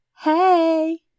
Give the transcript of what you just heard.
Hey